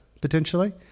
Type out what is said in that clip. potentially